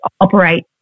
operate